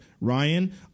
Ryan